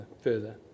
further